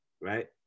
right